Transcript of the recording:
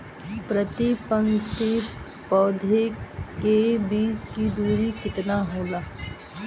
प्रति पंक्ति पौधे के बीच की दूरी केतना होला?